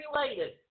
related